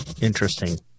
interesting